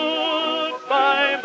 Goodbye